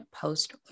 post